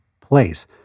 place